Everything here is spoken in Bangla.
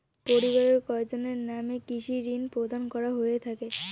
পরিবারের কয়জনের নামে কৃষি ঋণ প্রদান করা হয়ে থাকে?